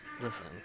Listen